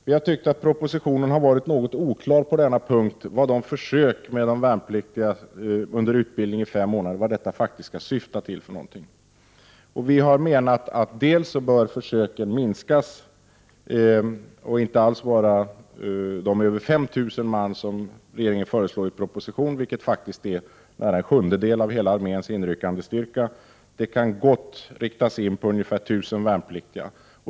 Vi har tyckt att propositionen har varit något oklar om vad försöken med värnpliktiga under utbildning i fem månader faktiskt skall syfta till. Vi har menat att försöken bör minskas i omfattning. De skall inte omfatta de över 5 000 man som regeringen föreslår i propositionen. Det är faktiskt nära en sjundedel av hela arméns inryckandestyrka. Försöken kan gott riktas in på ungefär 1 000 värnpliktiga.